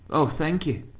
oh! thank you.